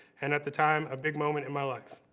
and at the time. a big moment in my life.